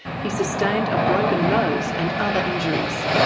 he sustained a broken nose and other injuries.